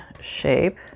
shape